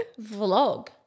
Vlog